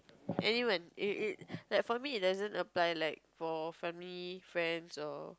anyone it it like for me it doesn't apply like for family friends or